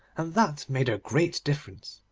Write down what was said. and that made a great difference.